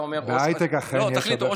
בהייטק אכן יש הרבה חרדים.